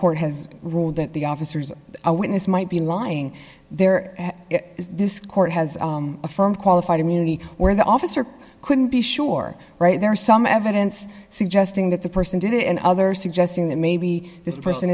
court has ruled that the officers a witness might be lying there is this court has a firm qualified immunity where the officer couldn't be sure right there is some evidence suggesting that the person did it and others suggesting that maybe this person